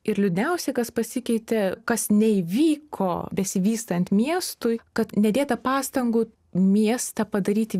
ir liūdniausia kas pasikeitė kas neįvyko besivystant miestui kad nedėta pastangų miestą padaryti